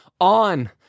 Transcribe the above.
On